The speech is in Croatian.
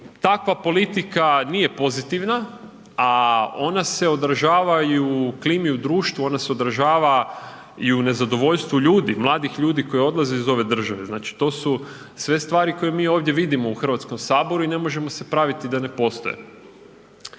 takva politika nije pozitivna, a ona se odražava i u klimi u društvu, ona se odražava i u nezadovoljstvu ljudi, mladih ljudi koji odlaze iz ove države, znači to su sve stvari koje mi ovdje vidimo u HS i ne možemo se praviti da ne postoje.